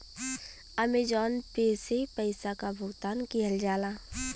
Amazon Pay से पइसा क भुगतान किहल जाला